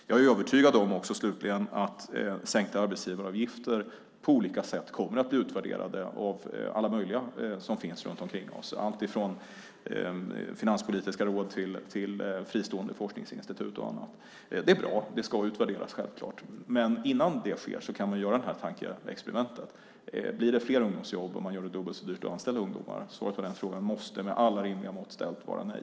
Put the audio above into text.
Jag är slutligen också övertygad om att sänkta arbetsgivaravgifter på olika sätt kommer att bli utvärderade av alla möjliga som finns runt omkring oss, alltifrån Finanspolitiska rådet till fristående forskningsinstitut och andra. Det är bra - det ska självfallet utvärderas. Men innan det sker kan vi göra tankeexperimentet: Blir det fler ungdomsjobb om man gör det dubbelt så dyrt att anställa ungdomar? Svaret på den frågan måste med alla rimliga mått mätt vara nej.